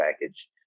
package